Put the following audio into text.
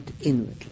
inwardly